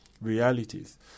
realities